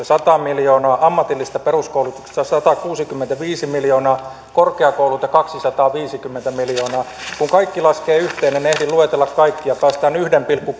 sata miljoonaa ammatillisesta peruskoulutuksesta satakuusikymmentäviisi miljoonaa korkeakouluilta kaksisataaviisikymmentä miljoonaa kun kaikki laskee yhteen en ehdi luetella kaikkia päästään yhteen pilkku